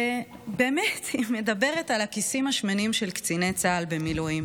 ובאמת היא מדברת על הכיסים השמנים של קציני צה"ל במילואים,